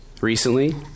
recently